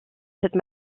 cette